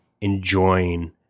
enjoying